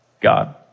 God